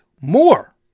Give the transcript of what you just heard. more